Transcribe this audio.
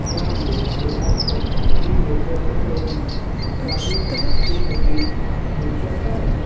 کیا مجھے آج رات تک دی بیکرز اوون کاجو کے کوکیز مل سکتا ہے